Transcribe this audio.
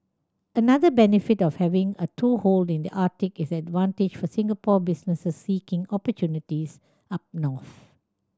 another benefit of having a toehold in the Arctic is the advantage for Singapore businesses seeking opportunities up north